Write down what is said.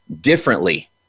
differently